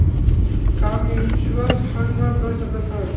का mutual fund म कर सकत हन?